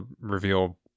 reveal